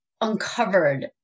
uncovered